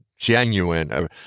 genuine